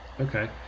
okay